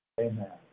amen